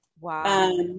Wow